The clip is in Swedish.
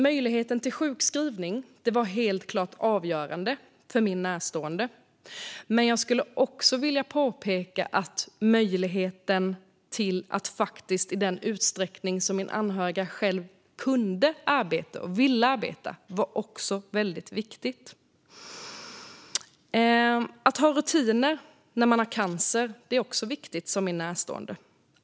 Möjligheten till sjukskrivning var klart avgörande för min närstående. Men jag skulle vilja påpeka att möjligheten till att i den utsträckning som min anhöriga själv kunde och ville arbeta också var viktig. Att ha rutiner är viktigt även när man har cancer, sa min närstående.